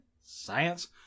Science